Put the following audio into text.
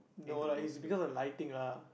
need to lose weight